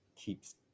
keeps